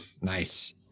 Nice